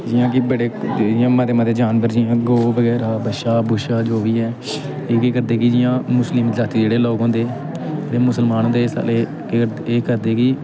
जि'यां कि बड़े कुत्ते जि'यां कि मते मते जानवर जि'यां गौ बगैरा बच्छा बुच्छा जो बी ऐ एह् केह् करदे कि जि'यां मुस्लिम जाति दे जेह्ड़े लोग होंदे जेह्ड़े मुसलमान होंदे एह् साले केह् एह् करदे कि